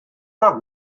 not